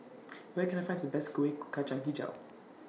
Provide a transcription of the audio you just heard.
Where Can I Find Some Best Kueh Kacang Hijau